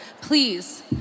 Please